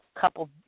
couple